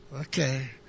Okay